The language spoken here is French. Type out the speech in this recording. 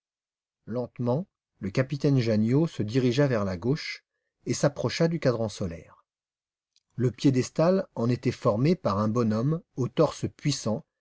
lentement le capitaine janniot se dirigea vers la gauche et s'approcha du cadran solaire le piédestal en était formé par un homme au torse puissant